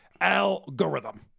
algorithm